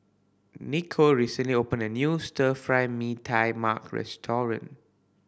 Nikko recently opened a new Stir Fry Mee Tai Mak restaurant